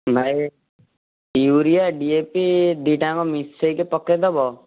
ଭାଇ urea DAP ଦୁଇଟାଯାକ ମିଶେଇକି ପକେଇଦେବ